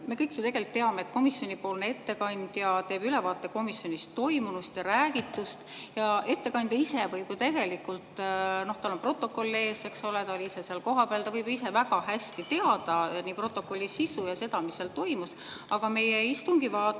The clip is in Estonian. Me kõik ju teame, et komisjonipoolne ettekandja teeb ülevaate komisjonis toimunust ja räägitust. Ettekandjal on protokoll ees, eks ole, aga ta oli ise ka seal kohapeal. Ta võib ise väga hästi teada protokolli sisu ja seda, mis seal toimus, aga meie istungi vaatajad